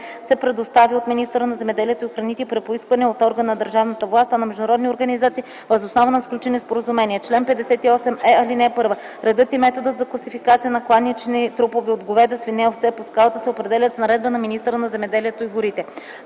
се предоставя от министъра на земеделието и храните - при поискване от орган на държавна власт, а на международни организации - въз основа на сключени споразумения. Чл. 58е. (1) Редът и методът за класификация на кланични трупове от говеда, свине и овце по скалата се определят с наредба на министъра на земеделието и храните.